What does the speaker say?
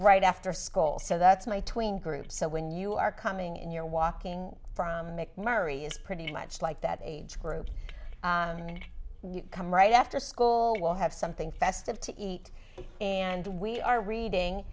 right after school so that's my tween group so when you are coming in you're walking from murray is pretty much like that age group come right after school we'll have something festive to eat and we are reading